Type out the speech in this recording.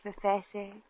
Professor